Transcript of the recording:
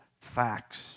facts